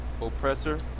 Oppressor